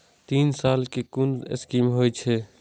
तीन साल कै कुन स्कीम होय छै?